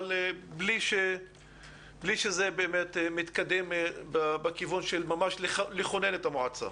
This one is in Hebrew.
אבל בלי שזה באמת מתקדם בכיוון של ממש לכונן את המועצה.